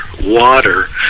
water